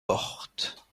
porte